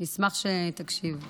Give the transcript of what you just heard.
נשמח שתקשיב.